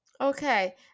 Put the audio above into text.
Okay